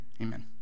Amen